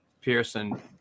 Pearson